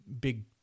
big